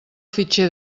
fitxer